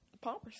Palmers